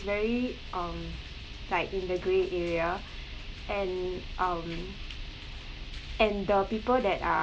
very um like in the grey area and um and the people that are